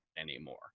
anymore